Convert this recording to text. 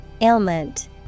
Ailment